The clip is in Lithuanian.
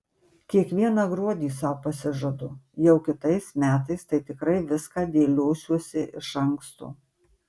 kiekvieną gruodį sau pasižadu jau kitais metais tai tikrai viską dėliosiuosi iš anksto